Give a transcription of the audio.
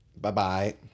bye-bye